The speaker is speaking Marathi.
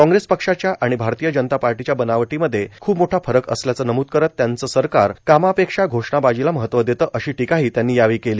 काँग्रेस पक्षाच्या आणि भारतीय जनता पार्टीच्या बनावटीमध्ये खूप मोठा फरक असल्याचं नमूद करत त्यांचं सरकार कामापेक्षा घोषणाबाजीला महत्व देतं अशी टीकाही त्यांनी यावेळी केली